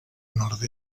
nord